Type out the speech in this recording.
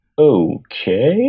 okay